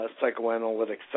psychoanalytic